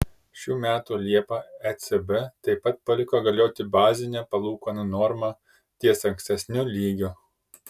šių metų liepą ecb taip pat paliko galioti bazinę palūkanų normą ties ankstesniu lygiu